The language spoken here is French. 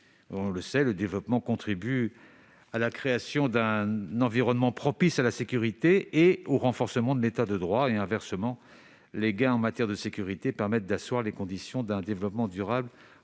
On le sait, le développement contribue à la création d'un environnement propice à la sécurité et au renforcement de l'État de droit et, inversement, les gains en matière de sécurité assoient les conditions d'un développement durable en